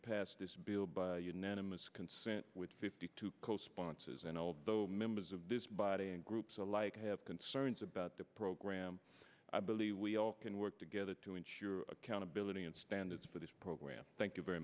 passed this bill by unanimous consent with fifty two co sponsors and all the members of this body and groups alike have concerns about the program i believe we all can work together to ensure accountability and standards for this program thank you very